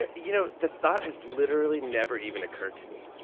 and you know the thought has literally never even occurred to me.